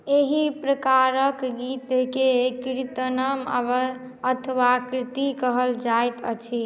एहि प्रकारक गीतकेँ कीर्त्तनम अव अथवा कीर्ति कहल जाइत अछि